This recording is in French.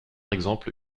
exemple